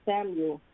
Samuel